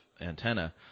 antenna